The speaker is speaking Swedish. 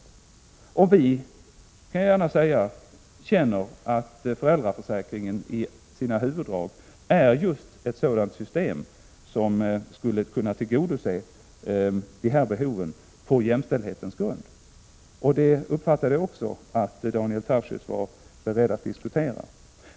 Vi känner, och det kan jag gärna säga, att föräldraförsäkringen i sina huvuddrag är just ett sådant system som skulle kunna tillgodose dessa behov på jämställdhetens grund. Det uppfattade jag också att Daniel Tarschys var beredd att diskutera.